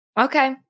Okay